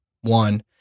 One